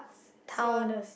town